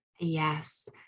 yes